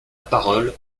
parole